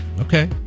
Okay